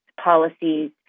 policies